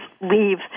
leave